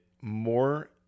more